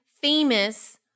famous